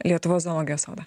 lietuvos zoologijos sodą